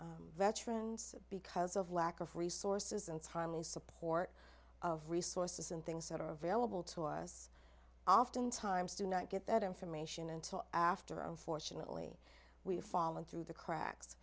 veteran because of lack of resources and time is support of resources and things that are available to us oftentimes do not get that information until after unfortunately we have fallen through the cracks